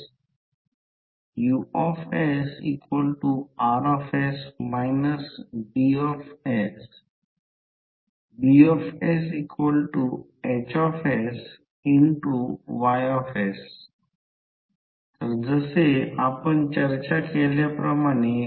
म्हणून सर्वकाही चिन्हांकित आहे मला ते स्पष्ट करू द्या जर आकृती पहा प्रत्येक गोष्ट चिन्हांकित आहे फक्त काळजीपूर्वक पहा आपण ते कसे केले आहे